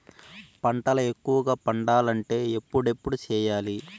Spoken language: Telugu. పంటల ఎక్కువగా పండాలంటే ఎప్పుడెప్పుడు సేయాలి?